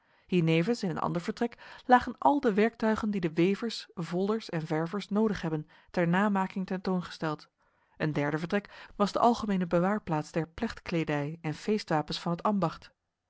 hiernevens in een ander vertrek lagen al de werktuigen die de wevers volders en ververs nodig hebben ter namaking tentoongesteld een derde vertrek was de algemene bewaarplaats der plechtkledij en feestwapens van het ambacht